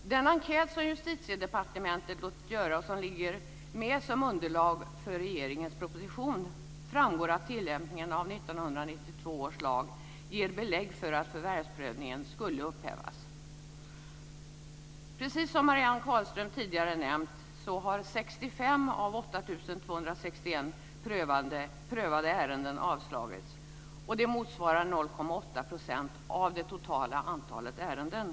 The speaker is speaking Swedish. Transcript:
Av den enkät som Justitiedepartementet har låtit göra och som finns med som underlag för regeringens proposition framgår att tillämpningen av 1992 års lag ger belägg för att förvärvsprövningen skulle upphävas. Precis som Marianne Carlström nämnt har 65 av av det totala antalet ärenden.